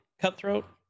cutthroat